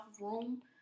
room